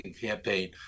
campaign